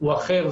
הוא אחר.